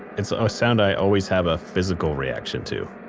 and so a sound i always have a physical reaction to.